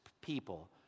people